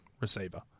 receiver